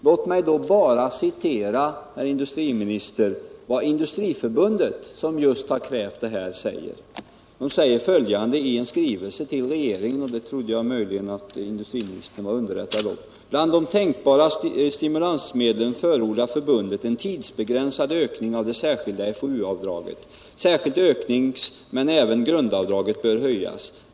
Låt mig då bara, herr industriminister, citera vad Sveriges Industriförbund, som just har krävt detta, säger — och detta trodde jag att industriministern möjligen var underrättad om — i en skrivelse till regeringen: ”Bland de tänkbara stimulansmedlen förordar förbundet en tidsbegränsad ökning av det särskilda FoU-avdraget. Särskilt ökningsmen även grundavdraget bör höjas.